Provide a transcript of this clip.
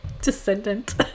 descendant